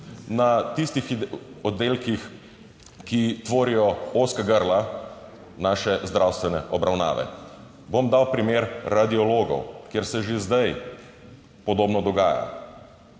na tistih oddelkih, ki tvorijo ozka grla naše zdravstvene obravnave. Bom dal primer radiologov, kjer se že zdaj podobno dogaja.